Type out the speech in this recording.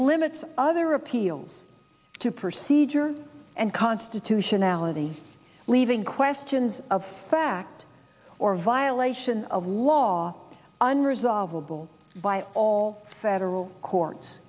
limits other appeals to proceed or and constitutionality leaving questions of fact or violation of law unresolvable by all federal court